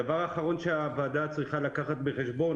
הדבר האחרון שהוועדה צריכה לקחת בחשבון,